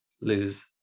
lose